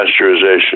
pasteurization